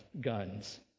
guns